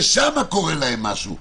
ושם קורה להם משהו,